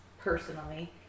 personally